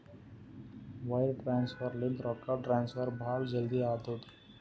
wire transfer ಲಿಂತ ರೊಕ್ಕಾ transfer ಭಾಳ್ ಜಲ್ದಿ ಆತ್ತುದ